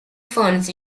funds